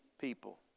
people